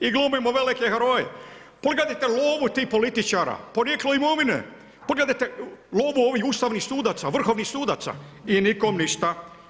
I glumimo velike heroje, pogledajte lovu tih političara, porijeklo imovine, pogledajte lovu ovu ustavnih i vrhovnih sudaca i nikom ništa.